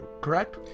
correct